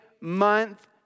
month